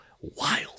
wild